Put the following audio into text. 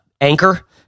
anchor